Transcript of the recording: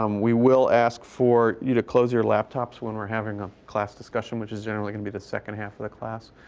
um we will ask for you to close your laptops when we're having a class discussion, which is generally gonna be the second half of the class.